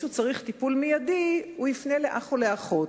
שצריך טיפול מיידי יפנה לאח או לאחות.